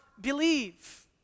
believe